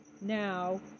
now